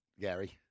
Gary